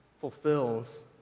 fulfills